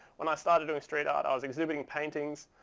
when i started doing straight art, i was exhibiting paintings.